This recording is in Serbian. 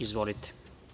Izvolite.